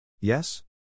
Yes